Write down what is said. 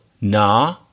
na